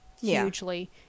hugely